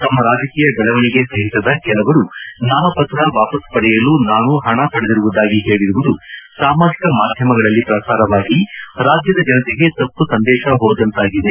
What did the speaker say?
ತಮ್ನ ರಾಜಕೀಯ ವೆಳವಣಿಗೆ ಸಹಿಸದ ಕೆಲವರು ನಾಮಪತ್ರ ವಾಪಸು ಪಡೆಯಲು ನಾನು ಹಣ ಪಡೆದಿರುವುದಾಗಿ ಹೇಳಿರುವುದು ಸಾಮಾಜಕ ಮಾಧ್ಯಮಗಳಲ್ಲಿ ಪ್ರಸಾರವಾಗಿ ರಾಜ್ಯದ ಜನತೆಗೆ ತಪ್ಪು ಸಂದೇಶ ಹೋದಂತಾಗಿದೆ